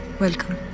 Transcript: welcome.